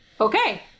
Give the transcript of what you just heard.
Okay